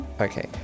Okay